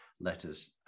letters